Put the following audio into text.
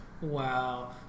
Wow